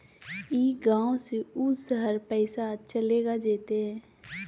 ई गांव से ऊ शहर पैसा चलेगा जयते?